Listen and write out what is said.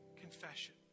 confession